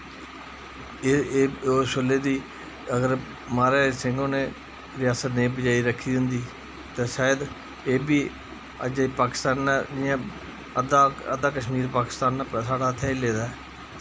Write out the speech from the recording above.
एह् उसले दी महाराजा हरि सिंह होरें रियास्त नेईं बचाई रक्खी दी होंदी ही ते शायद एह् बी अज्ज पाकिस्तान कन्नै अद्धा कश्मीर साढ़ा पाकिस्तान नै हथेआई लेदा ऐ